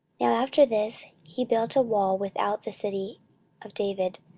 now after this he built a wall without the city of david,